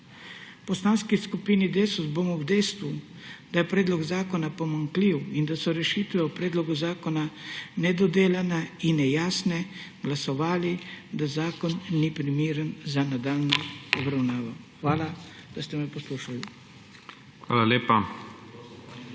Poslanski skupini Desus bomo ob dejstvu, da je predlog zakona pomanjkljiv in da so rešitve v predlogu zakona nedodelane in nejasne, glasovali, da zakon ni primeren za nadaljnjo obravnavo. Hvala, da ste me poslušali. **PREDSEDNIK